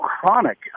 chronic